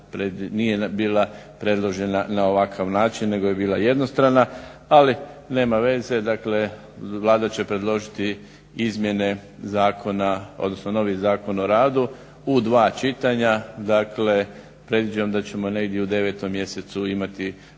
2010.nije bila predložena na ovakav način nego je bila jednostrana. Ali nema veze dakle Vlada će predložiti novi Zakon o radu u dva čitanja, dakle predviđam da ćemo negdje u 9.mjesecu imali